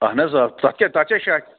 اہن حظ آ تَتھ کیٛاہ تَتھ کیٛاہ شک